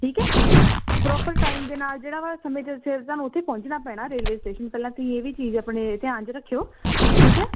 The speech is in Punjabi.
ਠੀਕ ਹੈ ਪ੍ਰੋਪਰ ਟਾਈਮ ਦੇ ਨਾਲ ਜਿਹੜਾ ਵਾ ਸਮੇਂ ਦੇ ਸਿਰ ਤੁਹਾਨੂੰ ਉੱਥੇ ਪਹੁੰਚਣਾ ਪੈਣਾ ਰੇਲਵੇ ਸਟੇਸ਼ਨ ਪਹਿਲਾਂ ਤੁਸੀਂ ਇਹ ਵੀ ਚੀਜ਼ ਆਪਣੇ ਧਿਆਨ 'ਚ ਰੱਖਿਓ ਠੀਕ ਹੈ